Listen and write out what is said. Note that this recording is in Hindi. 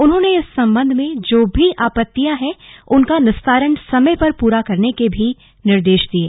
उन्होंने इस संबंध में जो भी आपत्तियां उनका निस्तारण समय पर करने के भी निर्देश दिये